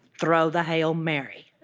throw the hail mary.